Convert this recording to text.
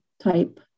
type